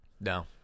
No